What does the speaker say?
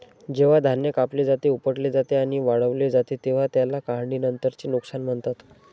जेव्हा धान्य कापले जाते, उपटले जाते आणि वाळवले जाते तेव्हा त्याला काढणीनंतरचे नुकसान म्हणतात